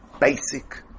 basic